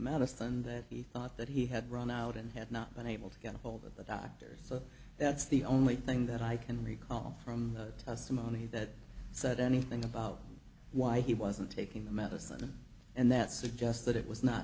medicine that he thought that he had run out and had not been able to get ahold of the doctors so that's the only thing that i can recall from some of the that said anything about why he wasn't taking the medicine and that suggests that it was not